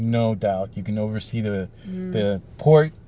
no doubt. you can oversee the the port,